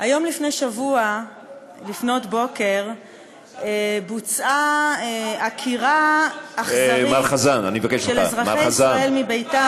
היום לפני שבוע לפנות בוקר בוצעה עקירה אכזרית של אזרחי ישראל מביתם,